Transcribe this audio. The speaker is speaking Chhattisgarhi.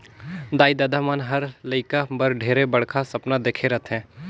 दाई ददा मन हर लेइका बर ढेरे बड़खा सपना देखे रथें